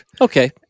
Okay